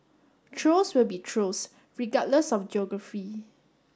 trolls will be trolls regardless of geography